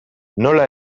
nola